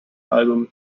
album